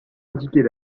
indiquer